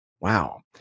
Wow